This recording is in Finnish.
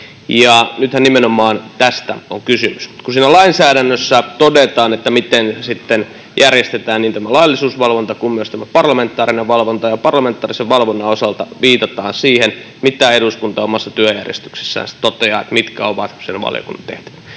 Nythän nimenomaan tästä on kysymys, kun siinä lainsäädännössä todetaan, miten sitten järjestetään niin laillisuusvalvonta kuin myös parlamentaarinen valvonta, ja parlamentaarisen valvonnan osalta viitataan siihen, mitä eduskunta omassa työjärjestyksessänsä toteaa, mitkä ovat sen valiokunnan tehtävät.